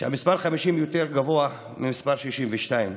שהמספר 50 יותר גבוה מהמספר 62?